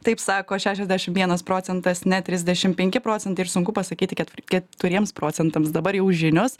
taip sako šešiasdešim vienas procentas ne trisdešim penki procentai ir sunku pasakyti ket keturiems procentams dabar jau žinios